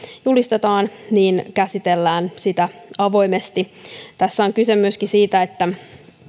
julistetaan niin käsitellään sitä avoimesti tässä on kyse myöskin siitä että